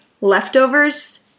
leftovers